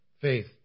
faith